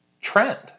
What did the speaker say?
trend